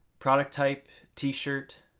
product type, t-shirt.